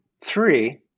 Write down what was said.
three